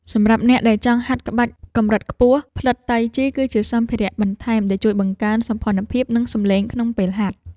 សម្រាប់អ្នកដែលចង់ហាត់ក្បាច់កម្រិតខ្ពស់ ផ្លិតតៃជី គឺជាសម្ភារៈបន្ថែមដែលជួយបង្កើនសោភ័ណភាព និងសំឡេងក្នុងពេលហាត់។